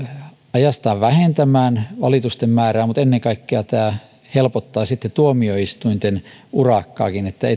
vähentämään valitusten määrää mutta ennen kaikkea tämä helpottaa sitten tuomioistuinten urakkaakin että